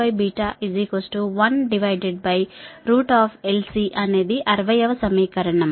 కాబట్టి ఈ v 1LCఅనేది 60 వ సమీకరణం